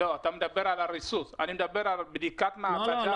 לא, אתה מדבר על הריסוס, אני מדבר על בדיקת מעבדה.